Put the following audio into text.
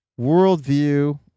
worldview